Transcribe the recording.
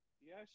Yes